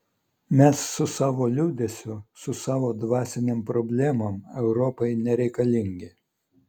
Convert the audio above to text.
mes su savo liūdesiu su savo dvasinėm problemom europai nereikalingi